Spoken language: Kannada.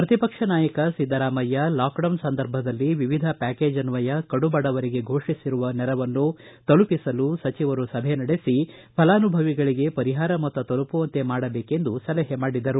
ಪ್ರತಿ ಪಕ್ಷ ನಾಯಕ ಸಿದ್ದರಾಮಯ್ಯ ಲಾಕ್ಡೌನ್ ಸಂದರ್ಭದಲ್ಲಿ ವಿವಿಧ ಪ್ಲಾಕೇಜ್ ಅನ್ವಯ ಕಡುಬಡವರಿಗೆ ಘೋಷಿಸಿರುವ ನೆರವನ್ನು ತಲುಪಿಸಲು ಸಚಿವರು ಸಭೆ ನಡೆಸಿ ಫಲಾನುಭವಿಗಳಿಗೆ ಪರಿಹಾರ ಮೊತ್ತ ತಲುಪುವಂತೆ ಮಾಡಬೇಕೆಂದು ಸಲಹೆ ಮಾಡಿದರು